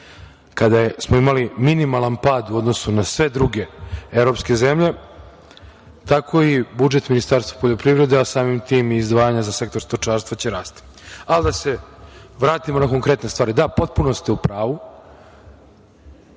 kada smo imali minimalan pad u odnosu na sve druge evropske zemlje, tako i budžet Ministarstva poljoprivrede a samim tim i Sektor za zvanje stočarstva će rasti. Ali, da se vratimo na konkretne stvari. Potpuno ste u pravu,